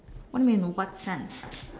what do you mean in what sense